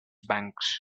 banks